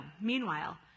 meanwhile